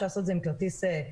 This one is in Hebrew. אפשר לעשות את זה עם כרטיס מיוחד,